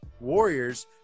warriors